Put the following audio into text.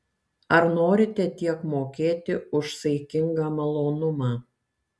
ar norite tiek mokėti už saikingą malonumą